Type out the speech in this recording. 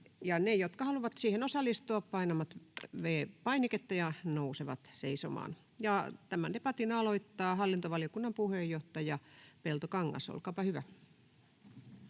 Ne, jotka haluavat siihen osallistua, painavat V-painiketta ja nousevat seisomaan. — Tämän debatin aloittaa hallintovaliokunnan puheenjohtaja Peltokangas. Olkaapa hyvä.